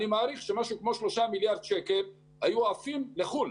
אני מעריך שמשהו כמו 3 מיליארד שקל היו עפים לחו"ל,